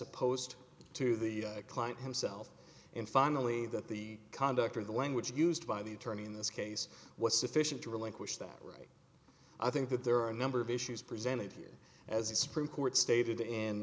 opposed to the client himself and finally that the conduct or the language used by the attorney in this case was sufficient to relinquish that right i think that there are a number of issues presented here as the supreme court stated